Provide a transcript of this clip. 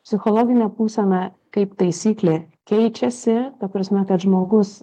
psichologinė būsena kaip taisyklė keičiasi ta prasme kad žmogus